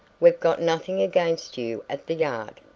we've got nothing against you at the yard,